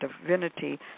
divinity